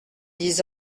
dix